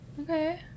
Okay